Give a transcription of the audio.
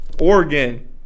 Oregon